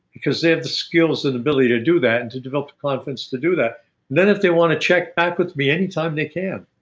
because they have the skills and ability to do that and to develop the confidence to do that. and then if they want to check back with me, anytime they can.